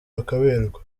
bakaberwa